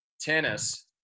tennis